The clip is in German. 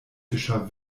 geschah